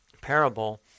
parable